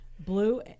blue